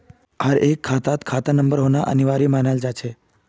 हर एक खातात खाता नंबर होना अनिवार्य मानाल जा छे